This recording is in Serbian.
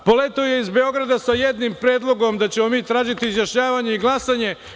Poleteo je iz Beograda sa jednim predlogom da ćemo mi tražiti izjašnjavanje i glasanje.